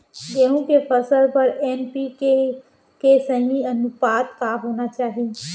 गेहूँ के फसल बर एन.पी.के के सही अनुपात का होना चाही?